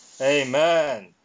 amen